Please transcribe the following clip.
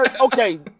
Okay